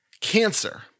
cancer